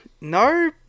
no